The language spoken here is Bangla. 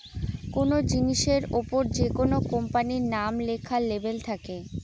কোনো জিনিসের ওপর যেকোনো কোম্পানির নাম লেখা লেবেল থাকে